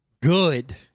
good